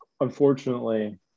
unfortunately